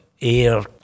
air